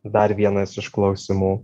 dar vienas iš klausimų